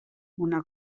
una